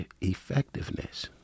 effectiveness